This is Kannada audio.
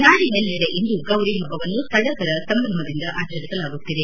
ನಾಡಿನೆಲ್ಲಡೆ ಇಂದು ಗೌರಿಷಬ್ಲವನ್ನು ಸಡಗರ ಸಂಭ್ರಮದಿಂದ ಆಚರಿಸಲಾಗುತ್ತಿದೆ